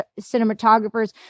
cinematographers